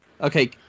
Okay